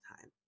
time